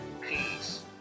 Peace